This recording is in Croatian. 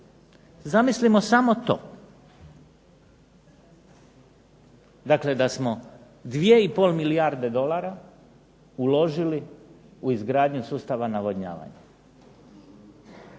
Zamislimo samo to. Dakle, da smo 2 i pol milijarde dolara uložili u izgradnju sustava navodnjavanja,